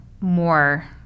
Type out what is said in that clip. more